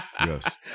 Yes